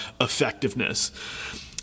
effectiveness